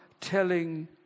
telling